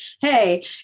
hey